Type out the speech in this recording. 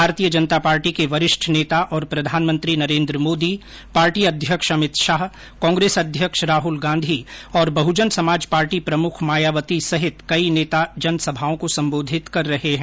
भारतीय जनता पार्टी के वरिष्ठ नेता और प्रधानमंत्री नरेन्द्र मोदी पार्टी अध्यक्ष अमित शाह कांग्रेस अध्यक्ष राहुल गांधी और बहुजन समाज पार्टी प्रमुख मायावती सहित कई नेता जनसभाओं को संबोधित कर रहे हैं